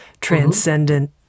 transcendent